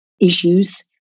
issues